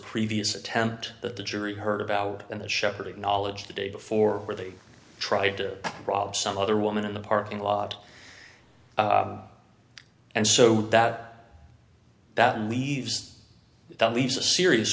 previous attempt that the jury heard about and the shepherd acknowledged the day before where they tried to rob some other woman in the parking lot and so that that leaves that leaves a serious